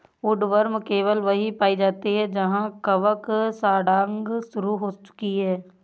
woodworm केवल वहीं पाई जाती है जहां कवक सड़ांध शुरू हो चुकी है